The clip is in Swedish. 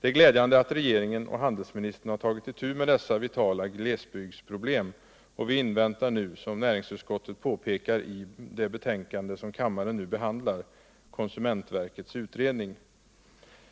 Det är glädjande att regeringen och handelsministern tagit itu med dessa vitala glesbygdsproblem, och vi inväntar nu — som näringsutskottet påpekar i det betänkande som kammaren nu behandlar - konsumentverkets utredning.